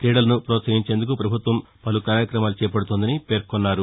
క్రీడలను ప్రోత్సహించేందుకు పభుత్వం పలు కార్యక్రమాలు చేపడుతోందని పేర్కొన్నారు